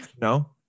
No